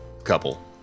Couple